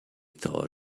thought